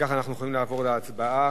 אנחנו יכולים לעבור להצבעה.